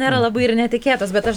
nėra labai ir netikėtas bet aš